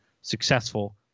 successful